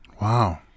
Wow